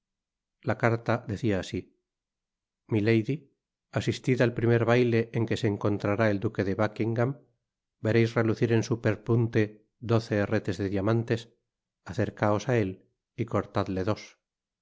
la carta decia asi milady asistid al primer baile en que se encontrará el duqne de buckingam vereis relucir en su perpunte doce herretes de diamantes acercaos á él y cortadle dos